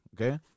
Okay